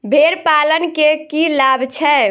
भेड़ पालन केँ की लाभ छै?